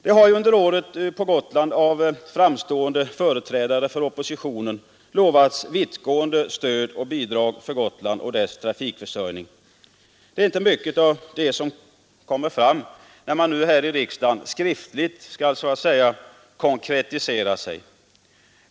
Det har under året på Gotland av framstående företrädare för oppositionen lovats vittgående stöd och bidrag för Gotland och dess trafikförsörjning. Det är inte mycket av detta som kommer fram när man nu här i riksdagen skriftligt skall så att säga konkretisera sig.